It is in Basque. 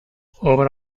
obra